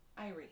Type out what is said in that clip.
Irene